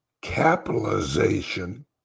capitalization